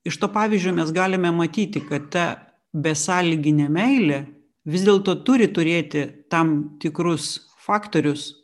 iš to pavyzdžio mes galime matyti kad ta besąlyginė meilė vis dėlto turi turėti tam tikrus faktorius